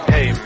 Hey